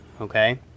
Okay